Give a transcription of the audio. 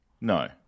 No